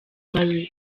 marley